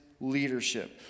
leadership